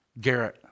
Garrett